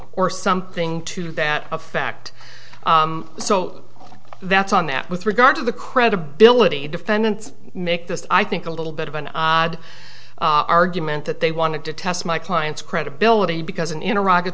or something to that effect so that's on that with regard to the credibility defendants make this i think a little bit of an odd argument that they wanted to test my client's credibility because an interactive